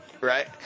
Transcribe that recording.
Right